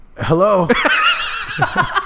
Hello